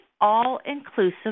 all-inclusive